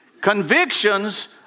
Convictions